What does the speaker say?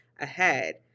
ahead